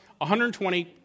120